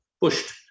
pushed